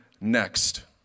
next